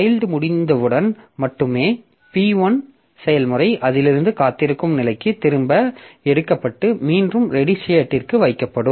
child முடிந்தவுடன் மட்டுமே P1 செயல்முறை அதிலிருந்து காத்திருக்கும் நிலைக்கு திரும்ப எடுக்கப்பட்டு மீண்டும் ரெடி ஸ்டேட்டிற்கு வைக்கப்படும்